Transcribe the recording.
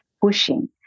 pushing